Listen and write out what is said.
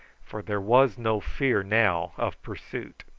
for there was no fear now of pursuit.